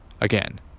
again